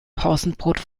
pausenbrot